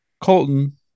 Colton